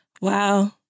Wow